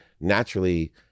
naturally